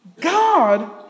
God